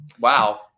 wow